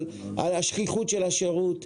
על השכיחות של הישורת,